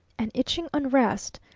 an itching unrest,